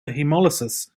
hemolysis